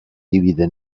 divide